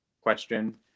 question